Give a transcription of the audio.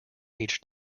each